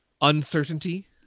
uncertainty